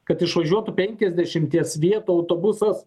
kad išvažiuotų penkiasdešimties vietų autobusas